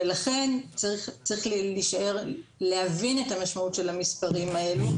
לכן צריך להבין את המשמעות של המספרים האלו.